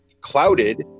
clouded